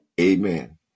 Amen